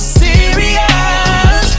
serious